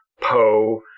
Poe